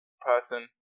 person